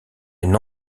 une